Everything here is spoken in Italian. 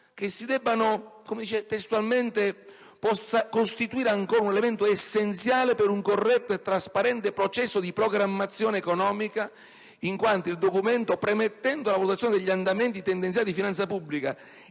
che questo documento possa costituire ancora un elemento essenziale per un corretto e trasparente processo di programmazione economica in quanto, premettendo la valutazione degli andamenti tendenziali di finanza pubblica